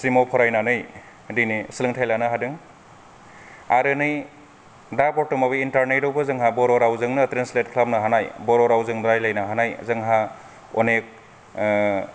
स्ट्रिमआव फरायनानै दिनै सोलोंथाय लानो हादों आरो नै दा बर्थमानावबो इन्टारनेटआवबे जोंहा बर' रावजोंनो ट्रेसनलेट खालामनो हानाय बर' रावजों रायलायनो हानाय जोंहा अनेक